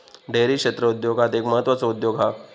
dairy क्षेत्र उद्योगांत एक म्हत्त्वाचो उद्योग हा